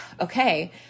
okay